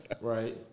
right